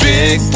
Big